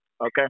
Okay